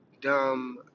dumb